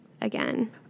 again